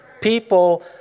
People